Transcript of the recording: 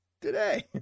today